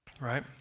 right